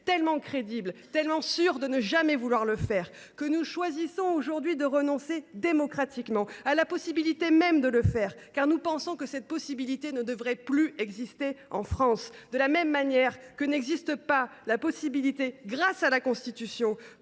tellement convaincus, tellement sûrs de ne jamais vouloir le faire que nous choisissons aujourd’hui de renoncer démocratiquement à la possibilité même de le faire, car nous pensons que cette possibilité ne devrait plus exister en France, de la même manière que n’existe pas, grâce à la Constitution,